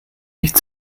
nicht